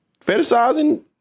fetishizing